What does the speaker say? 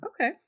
Okay